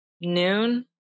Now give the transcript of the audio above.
noon